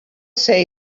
say